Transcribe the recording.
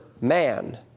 man